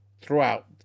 Throughout